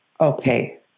Okay